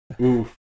Oof